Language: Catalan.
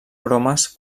bromes